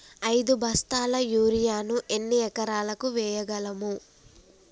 ఐదు బస్తాల యూరియా ను ఎన్ని ఎకరాలకు వేయగలము?